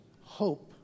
Hope